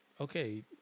Okay